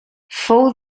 fou